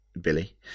Billy